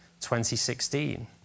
2016